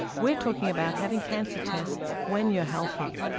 we're talking about having cancer tests when you're healthy.